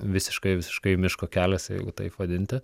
visiškai visiškai miško kelias jeigu taip vadinti